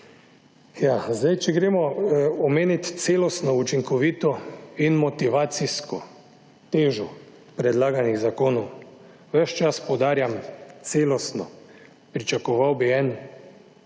zdaj če gremo omeniti celostno učinkovito in motivacijsko težo predlaganih zakonov, ves čas poudarjam, celostno, pričakoval bi en